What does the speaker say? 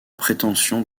prétention